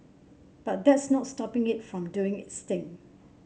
but that's not stopping it from doing its thing